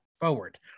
forward